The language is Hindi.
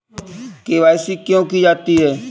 के.वाई.सी क्यों की जाती है?